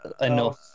enough